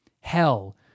hell